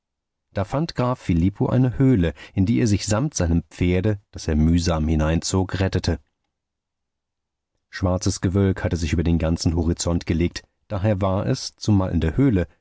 da fand graf filippo eine höhle in die er sich samt seinem pferde das er mühsam hineinzog rettete schwarzes gewölk hatte sich über den ganzen horizont gelegt daher war es zumal in der höhle